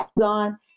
on